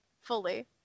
Fully